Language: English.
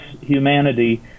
humanity